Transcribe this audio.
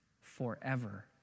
forever